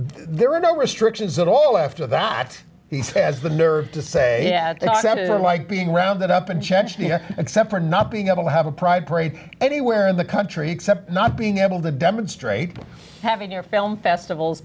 there are no restrictions at all after that he has the nerve to say it sounded like being rounded up in chechnya except for not being able to have a pride parade anywhere in the country except not being able to demonstrate having your film festivals